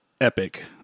epic